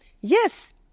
Yes